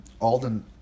Alden